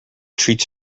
treats